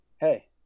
Hey